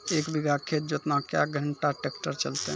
एक बीघा खेत जोतना क्या घंटा ट्रैक्टर चलते?